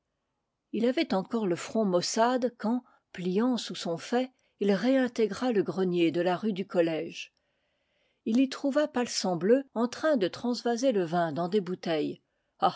il avait encore le front maussade quand pliant sous son faix il réintégra le grenier de la rue du collège il y trouva palsambleu en train de transvaser le vin dans des bouteilles